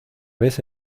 vez